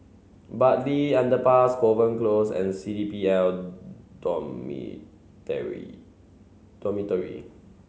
Bartley Underpass Kovan Close and C D P L Dormitory